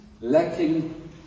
lacking